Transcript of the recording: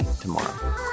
tomorrow